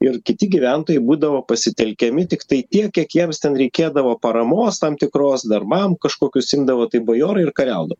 ir kiti gyventojai būdavo pasitelkiami tiktai tiek kiek jiems ten reikėdavo paramos tam tikros darbam kažkokius imdavo tai bajorai ir kariaudavo